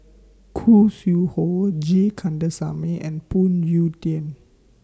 Khoo Sui Hoe G Kandasamy and Phoon Yew Tien